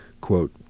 Quote